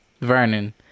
vernon